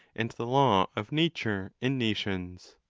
and the law of nature and nations.